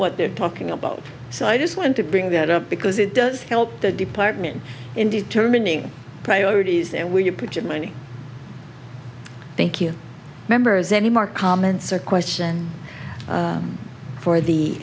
what they're talking about so i just wanted to bring that up because it does help the department in determining priorities and where you put your money thank you members any more comments or question for the